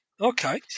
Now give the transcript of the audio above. Okay